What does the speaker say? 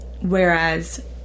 whereas